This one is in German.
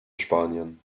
spanien